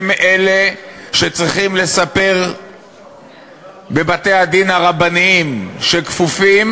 הן אלה שצריכות לספר בבתי-הדין הרבניים שכפופים